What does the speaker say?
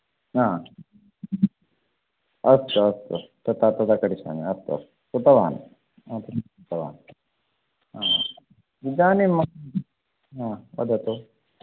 हा अस्तु अस्तु तथा तदा करिष्यामि अस्तु अस्तु कृतवान् कृतवान् इदानीं मह्यं हा वदतु